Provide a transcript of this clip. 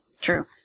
True